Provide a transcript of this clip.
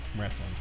wrestling